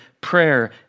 prayer